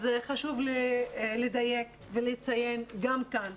אז חשוב לי לדייק ולציין גם כאן,